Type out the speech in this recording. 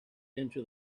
into